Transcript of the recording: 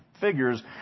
figures